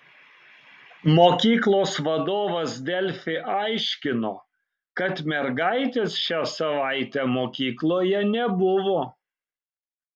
mokyklos vadovas delfi aiškino kad mergaitės šią savaitę mokykloje nebuvo